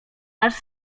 nasz